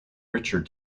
richard